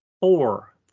four